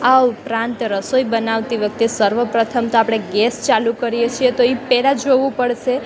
આ ઉપરાંત રસોઈ બનાવતી વખતે સર્વ પ્રથમ તો આપણે ગેસ ચાલુ કરીએ છીએ તો એ પહેલાં જોવું પડશે